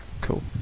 Cool